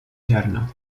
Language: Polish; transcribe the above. ziarno